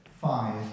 five